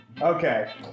Okay